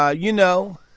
ah you know,